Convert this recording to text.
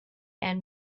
and